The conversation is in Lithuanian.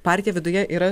partija viduje yra